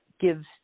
gives